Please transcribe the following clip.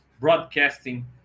broadcasting